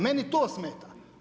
Meni to smeta.